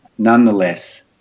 Nonetheless